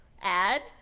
add